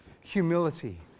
humility